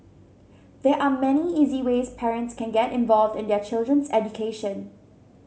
there are many easy ways parents can get involved in their child's education